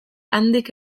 handik